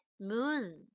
Moon